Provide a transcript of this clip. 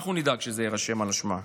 אנחנו נדאג שזה יירשם על שמה.